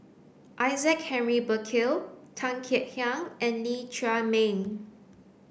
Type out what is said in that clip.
Isaac Henry Burkill Tan Kek Hiang and Lee Chiaw Meng